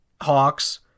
hawks